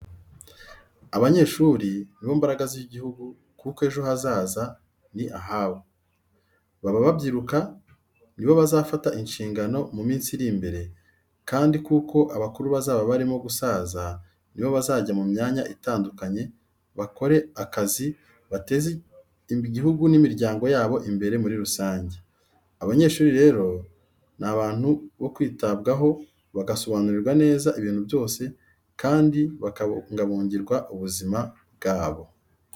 Abanyeshuri ni bo mbaraga z'igihugu kuko ejo hazaz ni ahabo. Baba babyiruka nibo bazafata inshingano mu minsi iri imbere kandi kuko abakuru bazaba barimo gusaza nibo bazajya mu myanya itandukanye bakore akazi bzteze igihugu n'imiryango yabo imbere muri rusange. Abanyeshuri rero ni abantu bo kwitabwa ho bagasobanurirwa neza ibintu byose kandi bakabungabungirwa ubuzima bwabo.